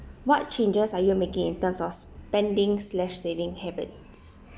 what changes are you making in terms of spending slash saving habits